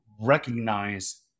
recognize